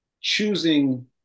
choosing